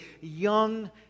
young